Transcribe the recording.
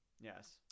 Yes